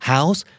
House